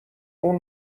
اون